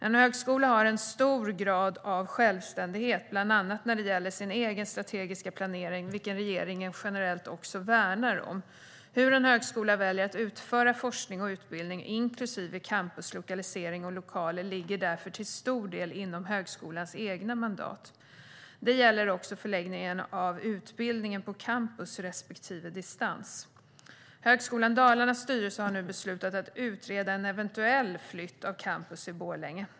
En högskola har en stor grad av självständighet, bland annat när det gäller sin egen strategiska planering, vilken regeringen generellt också värnar om. Hur en högskola väljer att utföra forskning och utbildning, inklusive campuslokalisering och lokaler, ligger därför till stor del inom högskolans eget mandat. Det gäller också förläggningen av utbildningen på campus respektive distans. Högskolan Dalarnas styrelse har nu beslutat att utreda en eventuell flytt av campus i Borlänge.